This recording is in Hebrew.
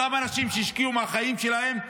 אותם אנשים שהשקיעו מהחיים שלהם,